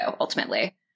ultimately